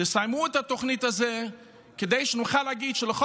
תסיימו את התוכנית הזאת כדי שנוכל להגיד שלכל